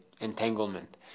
entanglement